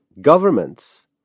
governments